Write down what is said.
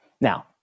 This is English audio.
Now